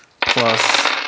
plus